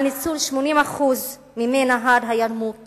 על ניצול 80% ממי נהר הירמוך